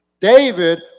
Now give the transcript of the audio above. David